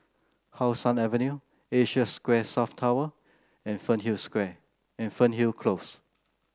How Sun Avenue Asia Square South Tower and Fernhill Square and Fernhill Close